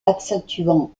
accentuant